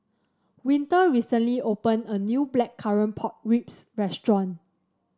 Winter recently opened a new Blackcurrant Pork Ribs restaurant